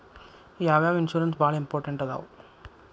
ಯಾವ್ಯಾವ ಇನ್ಶೂರೆನ್ಸ್ ಬಾಳ ಇಂಪಾರ್ಟೆಂಟ್ ಅದಾವ?